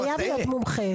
זה חייב להיות מומחה.